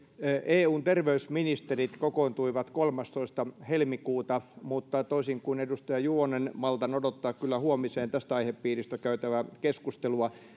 eun terveysministerit kokoontuivat kolmastoista helmikuuta mutta toisin kuin edustaja juvonen maltan odottaa kyllä huomiseen tästä aihepiiristä käytävää keskustelua